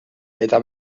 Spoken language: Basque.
eta